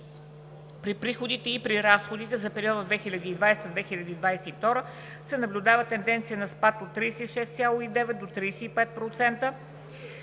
при приходите, и при разходите за периода 2020 – 2022 г. се наблюдава тенденция на спад от 36,9% до 35%,